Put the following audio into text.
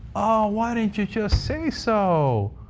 why didn't you just say so?